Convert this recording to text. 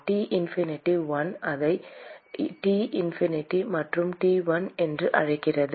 T infinity 1 அதை T infinity மற்றும் T1 என்று அழைக்கிறது